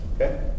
Okay